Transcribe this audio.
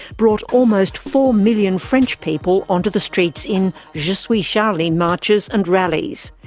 brought almost four million french people onto the streets in je suis charlie marches and rallies.